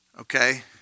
Okay